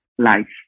life